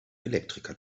elektriker